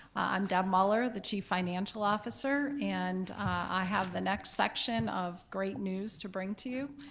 i'm deb muller the chief financial officer and i have the next section of great news to bring to you.